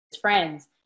friends